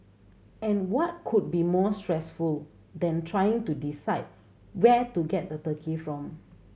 and what could be more stressful than trying to decide where to get the turkey from